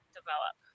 develop